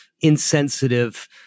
insensitive